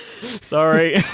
Sorry